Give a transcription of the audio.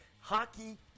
hockey